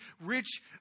rich